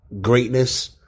greatness